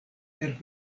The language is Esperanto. per